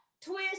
twist